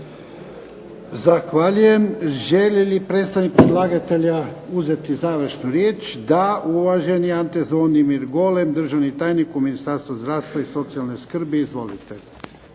Zahvaljujem. Želi li predstavnik predlagatelja uzeti završnu riječ? Da. Uvaženi Ante Zvonimir Golem državni tajnik u Ministarstvu zdravstva i socijalne skrbi. Izvolite.